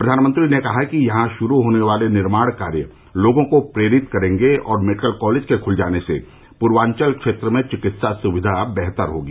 प्रधानमंत्री ने कहा कि आज शुरू होने वाले निर्माण कार्य लोगों को प्रेरित करेंगे और मेडिकल कॉलेज के खुल जाने से पूर्वांचल क्षेत्र में चिकित्सा सुविधा बेहतर होगी